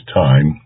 time